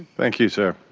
thank you. so